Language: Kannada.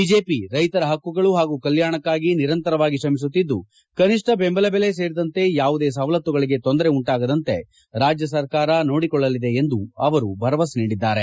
ಬಿಜೆಪಿ ರೈತರ ಪಕ್ಕುಗಳು ಹಾಗೂ ಕಲ್ಕಾಣಕ್ಕಾಗಿ ನಿರಂತರವಾಗಿ ಶ್ರಮಿಸುತ್ತಿದ್ದು ಕನಿಷ್ಠ ಬೆಂಬಲ ಬೆಲೆ ಸೇರಿದಂತೆ ಯಾವುದೇ ಸವಲತ್ತುಗಳಿಗೆ ತೊಂದರೆ ಉಂಟಾಗದಂತೆ ರಾಜ್ಯ ಸರ್ಕಾರ ನೋಡಿಕೊಳ್ಳಲಿದೆ ಎಂದು ಭರವಸೆ ನೀಡಿದ್ದಾರೆ